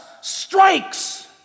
strikes